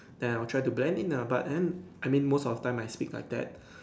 then I'll try to blend it lah but then I mean most of the time I speak like that